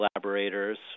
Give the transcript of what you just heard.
collaborators